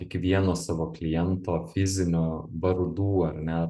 kiekvieno savo kliento fizinio vardų ar ne